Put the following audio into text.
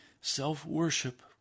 self-worship